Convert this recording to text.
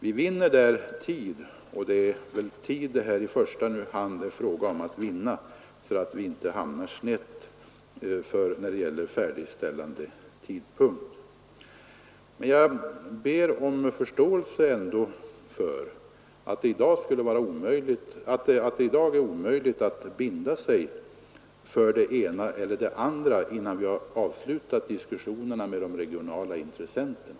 Vi vinner därigenom tid, och det är väl tid som det nu i första hand är fråga om att vinna så att vi inte hamnar snett när det gäller tidpunkt för färdigställandet. Men jag ber ändå om förståelse för att det i dag är omöjligt att binda sig för det ena eller andra — innan vi har avslutat diskussionerna med de regionala intressenterna.